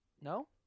No